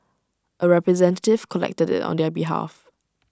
A representative collected IT on their behalf